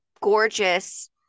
gorgeous